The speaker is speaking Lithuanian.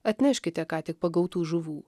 atneškite ką tik pagautų žuvų